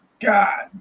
God